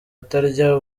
atarya